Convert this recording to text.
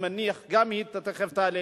היא תיכף תעלה,